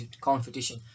competition